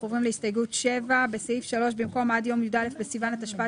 אנחנו עוברים להסתייגות 7. בסעיף 3 במקום "עד יום י"א בסיוון התשפ"ג